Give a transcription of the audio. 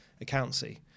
accountancy